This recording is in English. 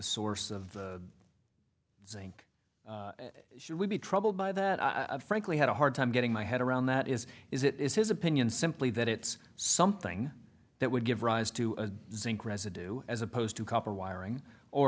source of the zinc should we be troubled by that i frankly have a hard time getting my head around that is is it is his opinion simply that it's something that would give rise to a zinc residue as opposed to copper wiring or